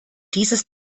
dieses